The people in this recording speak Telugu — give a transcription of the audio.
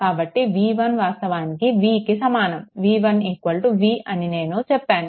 కాబట్టి v1 వాస్తవానికి vకి సమానం v1 v అని నేను చెప్పాను